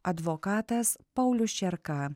advokatas paulius čerka